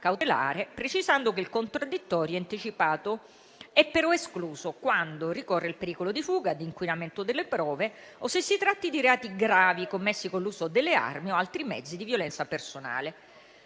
cautelare, precisando che il contraddittorio anticipato è però escluso quando ricorre il pericolo di fuga o di inquinamento delle prove o se si tratti di reati gravi, commessi con l'uso delle armi o altri mezzi di violenza personale.